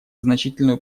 значительную